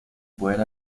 pueden